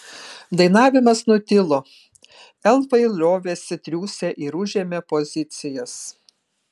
dainavimas nutilo elfai liovėsi triūsę ir užėmė pozicijas